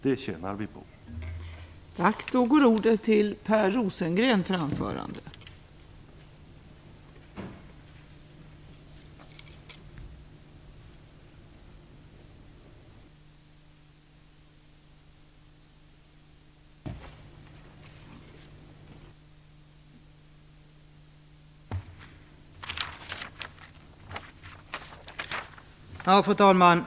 Det tjänar vi alla på.